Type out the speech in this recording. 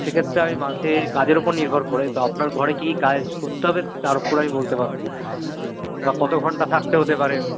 সে ক্ষেত্রে আমি মাসে কাজের ওপর নির্ভর করে তো আপনার ঘরে কি কি কাজ করতে হবে তার ওপরে আমি বলতে পারবো বা কত ঘন্টা থাকতে হতে পারে